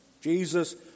Jesus